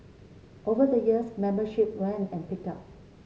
over the years membership waned and picked up